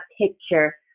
picture